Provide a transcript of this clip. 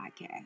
podcast